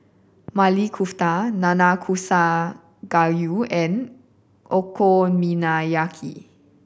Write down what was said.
Maili Kofta Nanakusa Gayu and Okonomiyaki